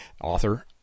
author